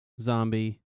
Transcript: Zombie